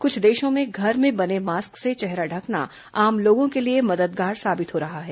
कुछ देशों में घर में बने मास्क से चेहरा ढकना आम लोगों के लिए मददगार साबित हो रहा है